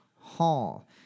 Hall